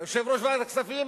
יושב-ראש ועדת הכספים